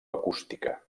acústica